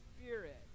Spirit